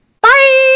Bye